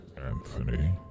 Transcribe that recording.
Anthony